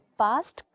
past